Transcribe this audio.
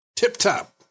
Tip-top